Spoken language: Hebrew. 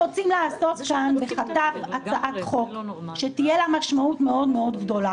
רוצים לעשות כאן בחטף הצעת חוק שתהיה לה משמעות מאוד-מאוד גדולה